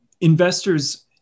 investors